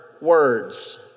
words